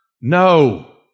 No